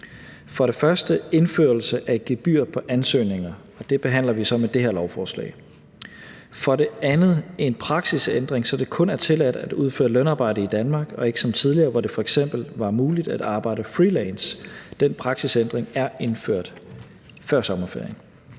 For det første indførelse af et gebyr på ansøgninger, og det behandler vi så med det her lovforslag. For det andet en praksisændring, så det kun er tilladt at udføre lønarbejde i Danmark, og ikke som tidligere, hvor det f.eks. var muligt at arbejde freelance. Den praksisændring er indført før sommerferien.